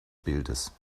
bildes